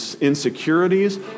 insecurities